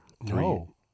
No